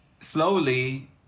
slowly